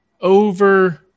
over